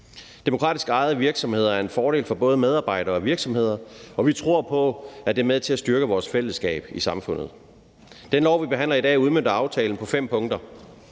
Demokratisk ejede virksomheder er en fordel for både medarbejdere og virksomheder, og vi tror på, at det er med til at styrke vores fællesskab i samfundet. Det lovforslag, vi behandler i dag, udmønter aftalen på fem punkter.